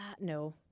no